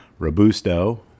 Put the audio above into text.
Robusto